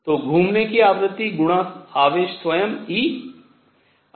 तो घूमने की आवृत्ति गुणा आवेश स्वयं e